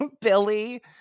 billy